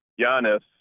Giannis